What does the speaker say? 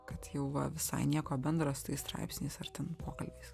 kad jau va visai nieko bendra su tais straipsniais ar ten pokalbiais